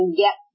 get